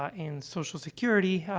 ah, and social security, ah,